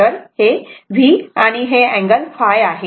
तर हे V angle ϕ आहे